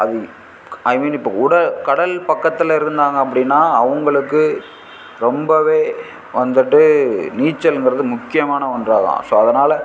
அது க் ஐ மீன் இப்போ உட கடல் பக்கத்தில் இருந்தாங்க அப்படின்னா அவங்களுக்கு ரொம்பவே வந்துட்டு நீச்சல்ங்கிறது முக்கியமான ஒன்றாகும் ஸோ அதனால்